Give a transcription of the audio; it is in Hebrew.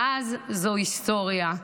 מאז זו היסטוריה.